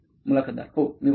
मुलाखतदार हो मी वाचतो